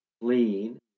clean